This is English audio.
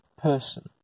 person